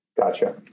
Gotcha